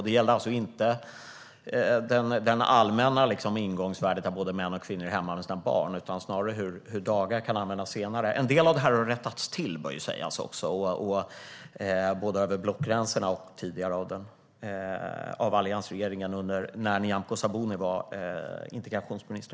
Det gällde inte det allmänna ingångsvärdet att både män och kvinnor är hemma med sina barn utan snarare hur dagar kan användas senare. En del av detta har rättats till både över blockgränserna och av den tidigare alliansregeringen när Nyamko Sabuni var integrationsminister.